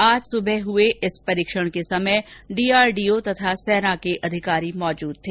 आज सुबह हुए इस परीक्षण के समय डीआरडीओ तथा सेना के अधिकारी मौजूद थे